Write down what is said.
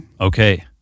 Okay